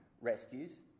rescues